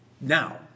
now